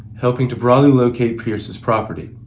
helping to broadly locate pierce's property.